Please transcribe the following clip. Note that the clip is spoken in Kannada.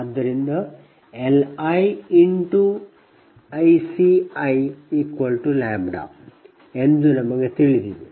ಆದ್ದರಿಂದLi×ICiλ ಎಂದು ನಮಗೆ ತಿಳಿದಿದೆ